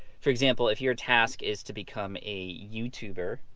for example, if your task is to become a youtuber,